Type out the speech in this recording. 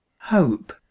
Hope